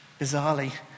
Bizarrely